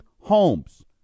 homes